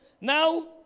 Now